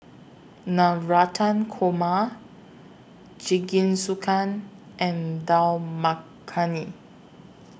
Navratan Korma Jingisukan and Dal Makhani